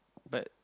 but